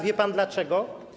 Wie pan dlaczego?